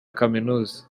kaminuza